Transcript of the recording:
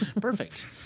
perfect